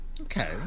Okay